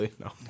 No